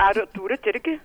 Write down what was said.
ar turit irgi